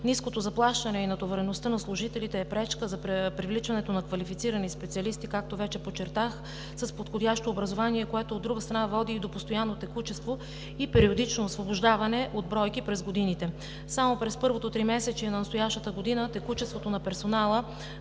Ниското заплащане и натовареността на служителите е пречка за привличането на квалифицирани специалисти, както вече се подчерта, с подходящо образование, което от друга страна води и до постоянно текучество и периодично освобождаване от бройки през годините. Само през първото тримесечие на настоящата година текучеството на персонала